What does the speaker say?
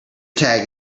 tag